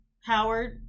Howard